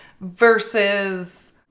versus